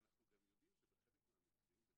ואנחנו יודעים גם שבחלק מהמקרים,